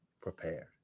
prepared